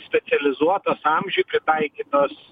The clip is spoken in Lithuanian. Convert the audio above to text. specializuotos amžiui pritaikytos